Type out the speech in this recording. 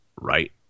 right